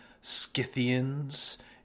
Scythians